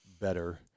better